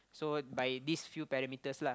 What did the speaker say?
so by this few perimeters lah